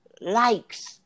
likes